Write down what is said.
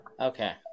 Okay